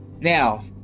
Now